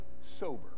sober